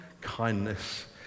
kindness